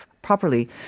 properly